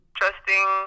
trusting